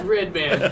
Redman